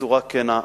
בצורה כנה,